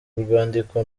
urwandiko